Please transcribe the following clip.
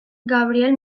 gabriel